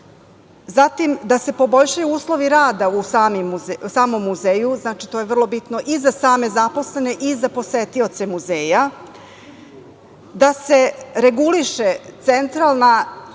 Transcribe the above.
da se poboljšaju uslovi rada u samom muzeju, to je vrlo bitno i za same zaposlene i za posetioce muzeja, da se reguliše centralna